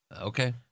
Okay